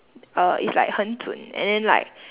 uh is like 很准 and then like